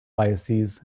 biases